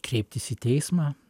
kreiptis į teismą